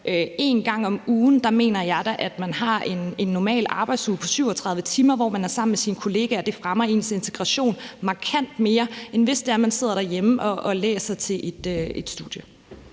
én gang om ugen. Der mener jeg da, at man har en normal arbejdsuge på 37 timer, hvor man er sammen med sine kollegaer. Det fremmer ens integration markant mere, end hvis man sidder derhjemme og læser til et studie.